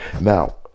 Now